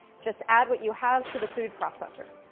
just add what you have to the food processor.